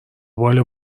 بال